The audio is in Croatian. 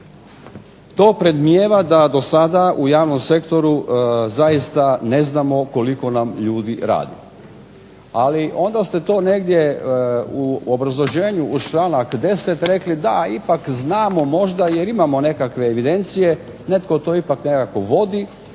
To predmnijeva da do sada u javnom sektoru zaista ne znamo koliko nam ljudi radi, ali onda ste to negdje u obrazloženju uz članak 10. rekli da ipak znamo možda jer imamo nekakve evidencije, netko to ipak nekako vodi,